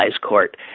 court